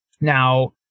Now